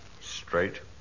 straight